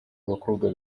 abakobwa